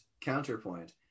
counterpoint